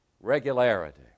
regularity